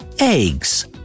eggs